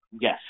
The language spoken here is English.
yes